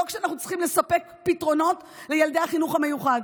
אבל לא כשאנחנו צריכים לספק פתרונות לילדי החינוך המיוחד,